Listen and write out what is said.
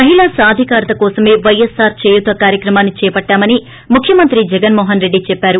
మహిళా సాధికారత కోసమే వైఎస్పార్ చేయూత కార్యక్రమాన్ని చేపట్టామని ముఖ్యమంత్రి జగస్మోహస్రెడ్డి చెప్పారు